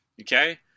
Okay